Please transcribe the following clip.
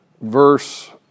verse